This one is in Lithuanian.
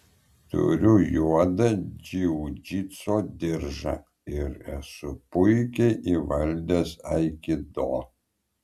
turiu juodą džiudžitso diržą ir esu puikiai įvaldęs alkido